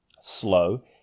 slow